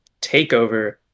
takeover